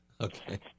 Okay